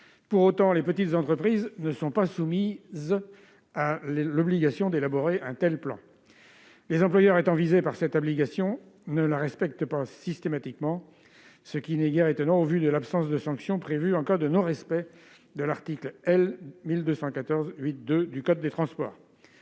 Pour autant, les petites entreprises ne sont pas soumises à l'obligation d'élaborer un tel plan. D'ailleurs, les employeurs à qui elle incombe ne la respectent pas systématiquement, ce qui n'est guère étonnant étant donné l'absence de sanctions prévues en cas de non-respect de l'article L. 1214-8-2 du code des transports.